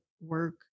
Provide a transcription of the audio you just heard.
work